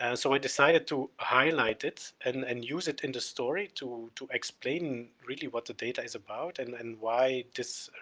and so i decided to highlight it and and use it in the story to, to explain really what the data is about and and why this.